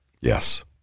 Yes